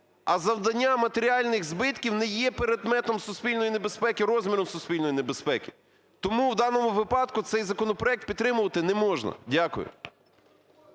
А завдання матеріальних збитків не є предметом суспільної небезпеки, розміром суспільної небезпеки. Тому в даному випадку цей законопроект підтримувати не можна. Дякую.